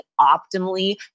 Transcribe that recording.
optimally